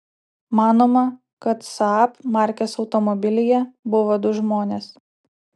manoma kad saab markės automobilyje buvo du žmonės